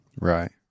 Right